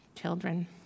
children